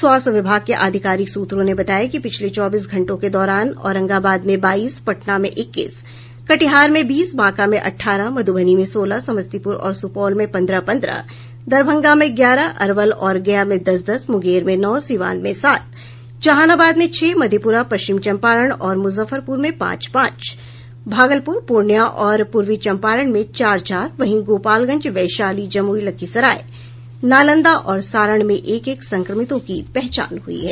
स्वास्थ्य विभाग के अधिकारिक सूत्रों ने बताया कि पिछले चौबीस घंटों के दौरान औरंगाबाद में बाईस पटना में इक्कीस कटिहार में बीस बांका में अठारह मधुबनी में सोलह समस्तीपुर और सुपौल में पंद्रह पंद्रह दरभंगा में ग्यारह अरवल और गया में दस दस मुंगेर में नौ सिवान में सात जहानाबाद में छह मधेपुरा पश्चिम चंपारण और मुजफ्फरपुर में पांच पांच भागलपुर पूर्णिया और पूर्वी चंपारण में चार चार वहीं गोपालगंज वैशाली जमुई लखीसराय नालंदा और सारण में एक एक संक्रमितों की पहचान हुयी है